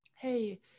hey